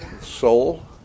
soul